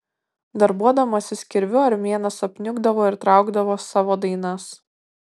darbuodamasis kirviu armėnas apniukdavo ir traukdavo savo dainas